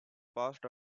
passed